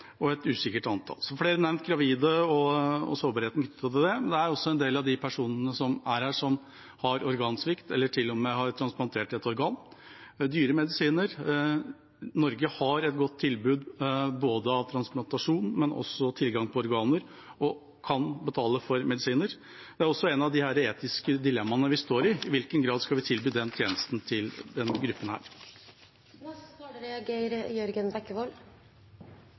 og det er et usikkert antall. Flere har nevnt gravide og sårbarheten knyttet til det. Det er også en del av de personene som er her, som har organsvikt eller til og med har transplantert et organ. Det er dyre medisiner. Norge har et godt tilbud både av transplantasjon og tilgang på organer og kan betale for medisiner, og det er også et av de etiske dilemmaene vi står i – i hvilken grad vi skal tilby den tjenesten til denne gruppen.